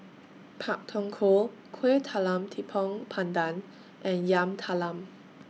Pak Thong Ko Kueh Talam Tepong Pandan and Yam Talam